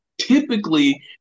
typically